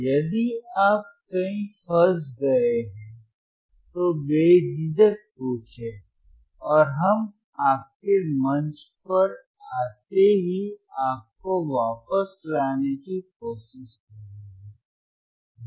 यदि आप कहीं फंस गए हैं तो बेझिझक पूछें और हम आपके मंच पर आते ही आपको वापस लाने की कोशिश करेंगे